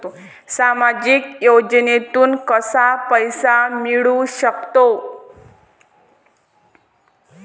सामाजिक योजनेतून कसा पैसा मिळू सकतो?